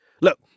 Look